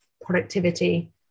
productivity